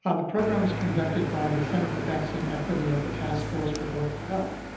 ah the program was conducted by the center for vaccine equity at the taskforce for global health.